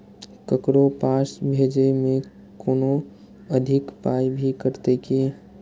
ककरो पाय भेजै मे कोनो अधिक पाय भी कटतै की?